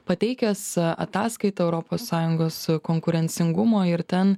pateikęs ataskaitą europos sąjungos konkurencingumo ir ten